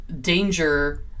danger